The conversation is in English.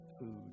food